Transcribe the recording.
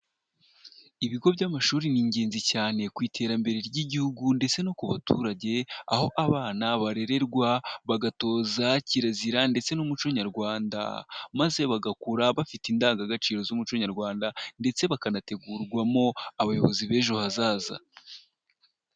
Ibigo by'amashuri ni ingenzi cyane, ku iterambere ry'igihugu ndetse no ku baturage, aho abana barererwa bagatoza kirazira ndetse n'umuco nyarwanda, maze bagakura bafite indangagaciro z'umuco nyarwanda ndetse bakanategurwamo abayobozi b'ejo hazaza.